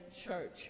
church